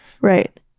right